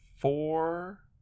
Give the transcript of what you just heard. four